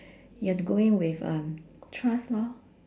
you have to go in with um trust lor